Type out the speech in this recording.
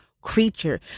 creature